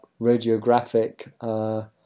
radiographic